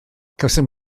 cawsom